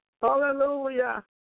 Hallelujah